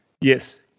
Yes